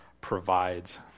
provides